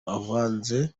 uvanze